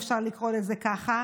אם אפשר לקרוא לזה ככה,